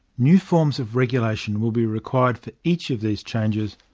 new forms of regulation will be required for each of these changes,